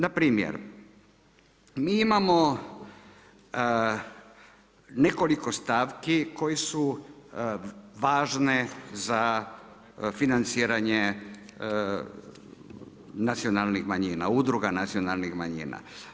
Npr. mi imamo nekoliko stavki koje su važne financiranje nacionalnih manjina, udruga nacionalnih manjina.